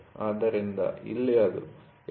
ಆದ್ದರಿಂದ ಇಲ್ಲಿ ಅದು XX ಮೌಲ್ಯಕ್ಕೆ ಸಮನಾಗಿರುತ್ತದೆ